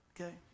Okay